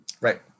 right